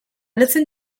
listen